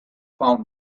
found